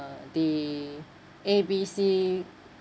the A B C